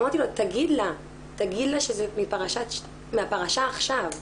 אמרתי לו, תגיד לה שזה מהפרשה עכשיו.